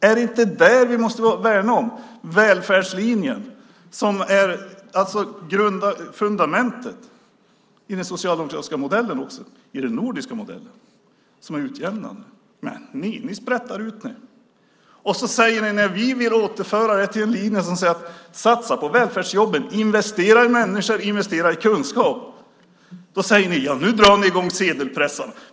Är det inte det som vi måste värna om - välfärdslinjen som är fundamentet i den socialdemokratiska modellen och i den nordiska modellen och som är utjämnande? Men ni sprätter ut pengarna. När vi vill återföra detta till en linje som innebär att man satsar på välfärdsjobben, investerar i människor och investerar i kunskap, då säger ni att vi drar i gång sedelpressarna.